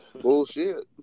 Bullshit